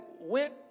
went